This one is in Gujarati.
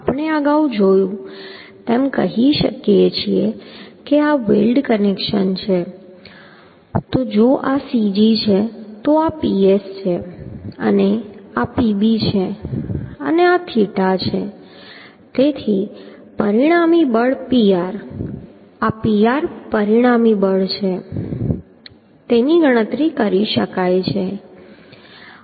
આપણે અગાઉ જોયું તેમ કહીએ કે જો આ વેલ્ડ કનેક્શન છે તો જો આ cg છે તો આ Ps છે અને આ Pb છે અને આ થીટા છે તેથી પરિણામી બળ Pr આ Pr પરિણામી બળ Pr છેની ગણતરી કરી શકાય છે